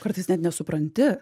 kartais net nesupranti